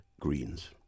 greens